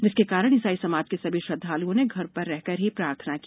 जिसके कारण ईसाई समाज के सभी श्रद्वाल्ओं ने घरों पर ही रहकर प्रार्थना की